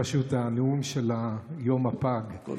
זה פשוט הנאום של יום הפג, טעיתי.